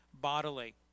bodily